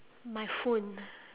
my phone